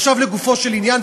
עכשיו לגופו של עניין,